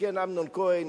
מסכן אמנון כהן,